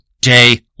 day